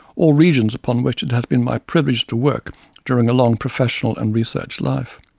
all regions upon which it has been my privilege to work during a long professional and research life.